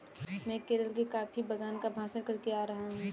मैं केरल के कॉफी बागान का भ्रमण करके आ रहा हूं